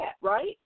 right